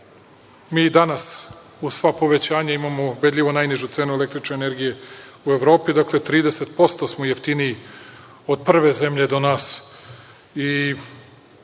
i danas uz sva povećanja imamo ubedljivo najnižu cenu električne energije u Evropi, dakle, 30% smo jeftiniji od prve zemlje do nas